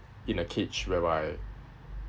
in a cage whereby